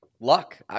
Luck